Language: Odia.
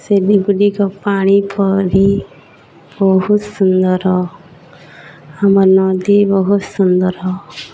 ସେଗୁଡ଼ିକ ପାଣି ପରି ବହୁତ ସୁନ୍ଦର ଆମ ନଦୀ ବହୁତ ସୁନ୍ଦର